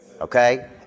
Okay